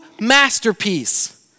masterpiece